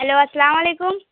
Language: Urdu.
ہیلو السلام علیکم